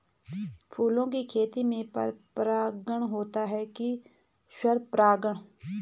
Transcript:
फूलों की खेती में पर परागण होता है कि स्वपरागण?